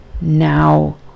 Now